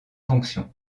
fonction